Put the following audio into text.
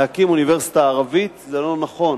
להקים אוניברסיטה ערבית זה לא נכון.